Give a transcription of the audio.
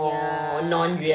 ya